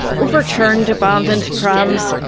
overturned abandoned prams,